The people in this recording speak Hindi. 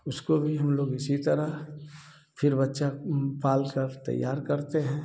उसको भी हम लोग इसी तरह फिर बच्चा पालकर तैयार करते हैं